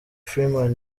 freeman